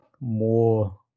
more